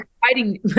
fighting